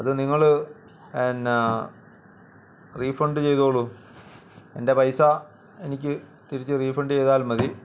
അതു നിങ്ങൾ എന്നാൽ റീഫണ്ട് ചെയ്തോളു എന്റെ പൈസ എനിക്ക് തിരിച്ച് റീഫണ്ട് ചെയ്താൽ മതി